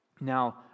Now